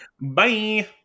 Bye